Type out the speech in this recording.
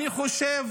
אני חושב,